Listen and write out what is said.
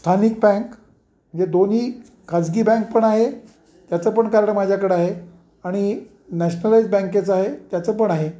स्थानिक बँक जे दोन्ही खाजगी बँक पण आहे त्याचं पण कार्ड माझ्याकडं आहे आणि नॅशनलाइज बँकेचं आहे त्याचं पण आहे